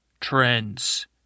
Trends